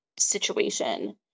situation